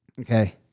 Okay